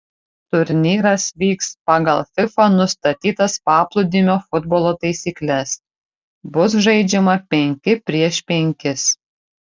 turnyras vyks pagal fifa nustatytas paplūdimio futbolo taisykles bus žaidžiama penki prieš penkis